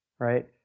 right